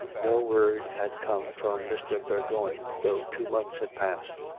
no word had come from mr. bourgoign, though two months had passed.